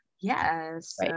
yes